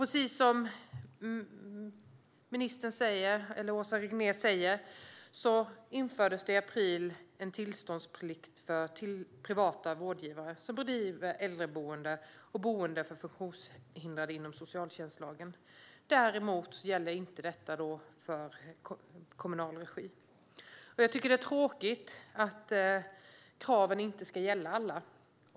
Precis som Åsa Regnér säger infördes i april tillståndsplikt för privata vårdgivare som driver äldreboende och boende för funktionshindrade inom socialtjänstlagen. Det gäller däremot inte boenden som drivs i kommunal regi. Det är tråkigt att kraven inte gäller alla.